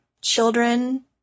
children